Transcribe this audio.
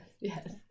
Yes